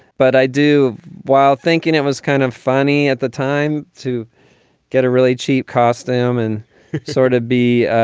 but i do, while thinking it was kind of funny at the time to get a really cheap costume and sort of be.